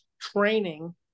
training